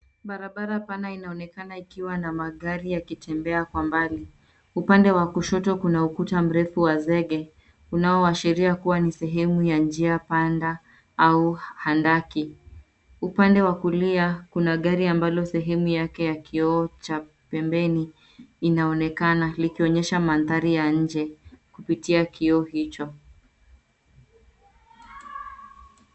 Barabara pana inaonekana ikiwa na magari yakitembea kwa mbali. Upande wa kushoto kuna ukuta mrefu wa zege unaoashiria kuwa ni sehemu ya njia panda au handaki. Upande wa kulia kuna gari ambalo sehemu yake ya kioo cha pembeni inaonekana likionyesha mandhari ya nje kupitia kioo hicho.